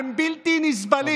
הם בלתי נסבלים.